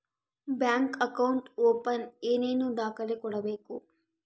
Bank account open ಏನೇನು ದಾಖಲೆ ಕೊಡಬೇಕು?